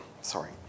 Sorry